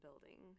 building